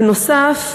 בנוסף,